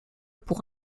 pour